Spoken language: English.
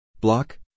Block